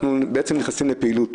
אנחנו נכנסים לפעילות